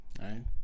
right